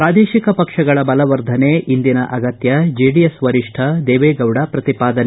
ಪ್ರಾದೇಶಿಕ ಪಕ್ಷಗಳ ಬಲವರ್ಧನೆ ಇಂದಿನ ಅಗತ್ಯ ಜೆಡಿಎಸ್ ವರಿಷ್ಠ ದೇವೇಗೌಡ ಪ್ರತಿಪಾದನೆ